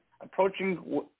approaching